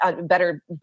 Better